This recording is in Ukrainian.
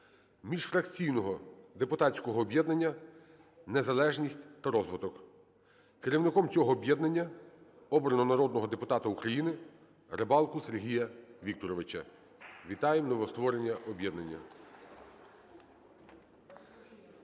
міжфракційного депутатського об'єднання "Незалежність та розвиток". Керівником цього об'єднання обрано народного депутата України Рибалку Сергія Вікторовича. Вітаємо новостворене об'єднання.